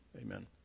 Amen